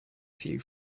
few